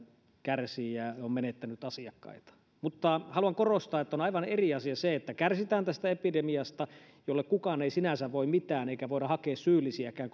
kärsii ja on menettänyt asiakkaitaan mutta haluan korostaa että on aivan eri asia se että kärsitään tästä epidemiasta jolle kukaan ei sinänsä voi mitään eikä voida hakea syyllisiäkään